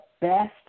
best